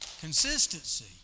Consistency